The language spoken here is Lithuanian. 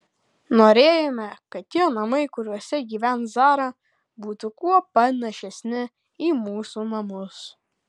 norėjome kad tie namai kuriuose gyvens zara būtų kuo panašesni į mūsų namus